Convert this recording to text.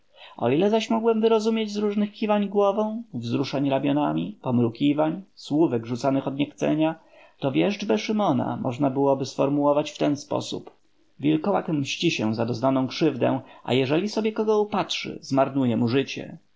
o ile zaś mogłem wyrozumieć z różnych kiwań głową wzruszań ramionami pomrukiwań słówek rzucanych od niechcenia to wieszczbę szymona możnaby było sformułować w ten sposób wilkołak mści się za doznaną krzywdę a jeśli sobie kogo upatrzy zmarnuje mu życie